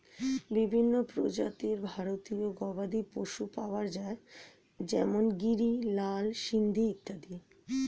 বিভিন্ন প্রজাতির ভারতীয় গবাদি পশু পাওয়া যায় যেমন গিরি, লাল সিন্ধি ইত্যাদি